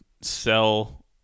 sell